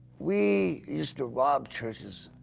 we used to rob churches.